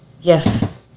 yes